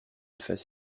phase